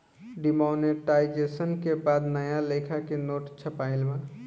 demonetisation के बाद नया लेखा के नोट छपाईल बा